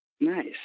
Nice